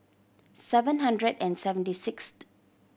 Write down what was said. seven hundred and seventy sixth